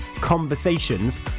conversations